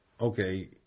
okay